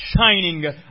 shining